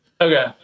Okay